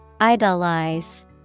idolize